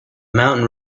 mountain